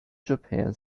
japan